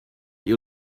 you